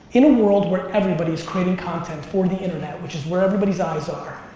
in a world where everybody is creating content for the internet which is where everybody's eyes are,